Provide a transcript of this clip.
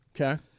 Okay